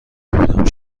بودم